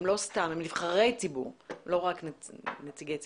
הם נבחרי ציבור ולא רק נציגי ציבור.